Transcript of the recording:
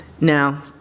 Now